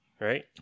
right